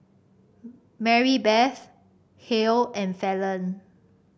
Marybeth Hal and Fallon